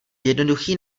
jednoduchý